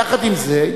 יחד עם זה,